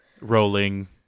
Rolling